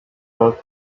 book